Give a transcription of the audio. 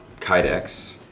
Kydex